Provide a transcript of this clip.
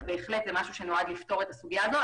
זה נועד לפתור את הסוגיה הזאת.